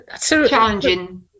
challenging